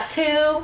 two